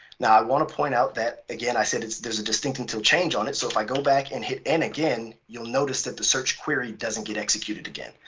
now i want to point out that again, i said there's a distinct until change on it. so if i go back and hit n again, you'll notice that the search query doesn't get executed again.